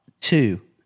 two